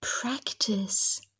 Practice